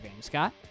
Scott